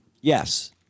Yes